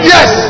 Yes